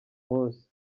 munsi